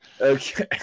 Okay